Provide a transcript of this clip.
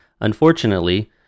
Unfortunately